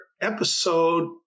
episode